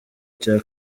cya